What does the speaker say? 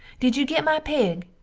did you get my pig?